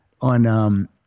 on